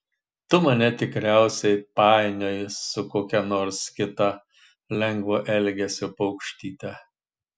tu mane tikriausiai painioji su kokia nors kita lengvo elgesio paukštyte